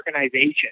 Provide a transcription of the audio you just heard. organization